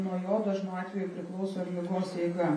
nuo jo dažnu atveju priklauso ir ligos eiga